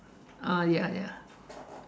ah ya ya